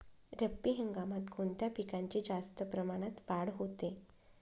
रब्बी हंगामात कोणत्या पिकांची जास्त प्रमाणात वाढ होते?